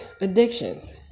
addictions